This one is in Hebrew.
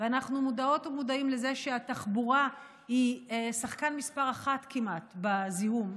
ואנחנו מודעות ומודעים לזה שהתחבורה היא שחקן מס' אחת כמעט בזיהום,